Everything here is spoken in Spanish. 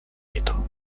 mito